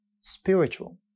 spiritual